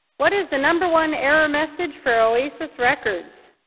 what is the number one error message for oasis records?